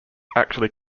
actually